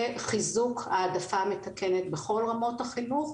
וחיזוק העדפה מתקנת בכל רמות החינוך,